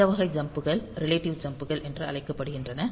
இந்த வகை ஜம்ப் கள் ரிலேட்டிவ் ஜம்ப் கள் என்று அழைக்கப்படுகின்றன